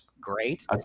great